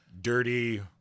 dirty